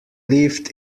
lived